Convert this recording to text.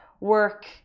work